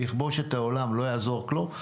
יכבוש את העולם, לא יעזור כלום.